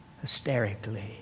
hysterically